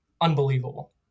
unbelievable